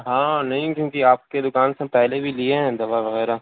ہاں نہیں کیونکہ آپ کے دکان سے ہم پہلے بھی لیے ہیں دوا وغیرہ